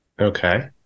Okay